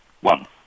one